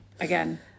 again